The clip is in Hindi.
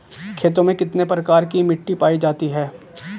खेतों में कितने प्रकार की मिटी पायी जाती हैं?